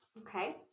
Okay